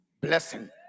blessing